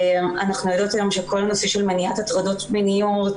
אנחנו יודעות היום שכל הנושא של מניעת הטרדות מיניות,